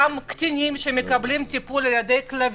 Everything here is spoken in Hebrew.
גם מקטינים שמקבלים טיפול בעזרת כלבים,